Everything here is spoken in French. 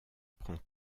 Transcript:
prend